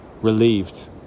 Relieved